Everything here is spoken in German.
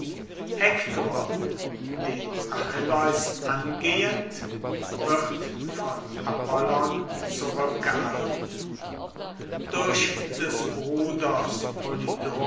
hektor den achilleus angehend wird von apollon zurückgehalten durch des bruders